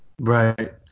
Right